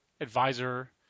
advisor